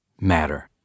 matter